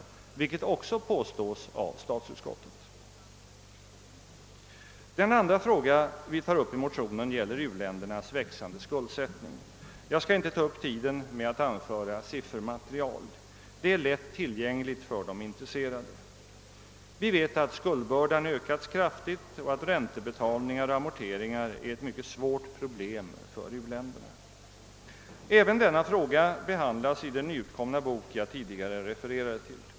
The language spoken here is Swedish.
Den andra fråga vi tar upp i motionen gäller u-ländernas växande skuldsättning. Jag skall inte ta upp tiden med att anföra siffermaterial. Det är lätt tillgängligt för de intresserade. Vi vet att skuldbördan ökats kraftigt och att räntebetalningar och amorteringar är ett mycket svårt problem för uländerna. Även denna fråga behandlas i den nyutkomna bok jag tidigare refererade till.